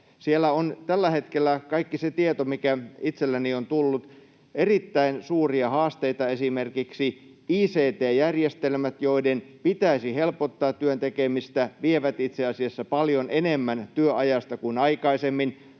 Siellä on tällä hetkellä kaikki se tieto, mikä itselleni on tullut. Erittäin suuria haasteita ovat esimerkiksi ict-järjestelmät, joiden pitäisi helpottaa työn tekemistä mutta jotka vievät itse asiassa paljon enemmän työajasta kuin aikaisemmin.